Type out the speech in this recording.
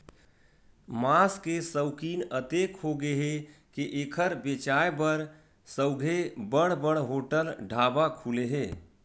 मांस के सउकिन अतेक होगे हे के एखर बेचाए बर सउघे बड़ बड़ होटल, ढाबा खुले हे